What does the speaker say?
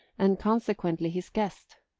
and consequently his guest.